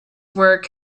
work